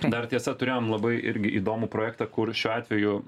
dar tiesa turėjom labai irgi įdomų projektą kur šiuo atveju